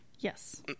Yes